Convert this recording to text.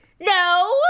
No